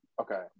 Okay